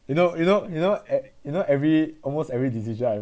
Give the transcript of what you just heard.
you know you know you know what a~ you know every almost every decision I